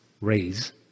raise